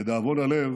לדאבון הלב